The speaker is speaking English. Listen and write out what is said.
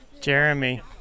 Jeremy